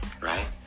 right